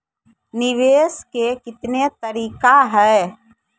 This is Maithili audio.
निवेश के कितने तरीका हैं?